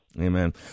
Amen